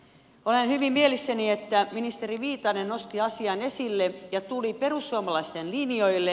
olen hyvin mielissäni että ministeri viitanen nosti asian esille ja tuli perussuomalaisten linjoille